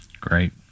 great